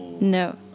No